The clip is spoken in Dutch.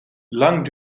lang